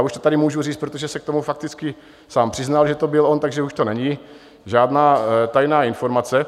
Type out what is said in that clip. Už to tady můžu říct, protože se k tomu fakticky sám přiznal, že to byl on, takže už to není žádná tajná informace.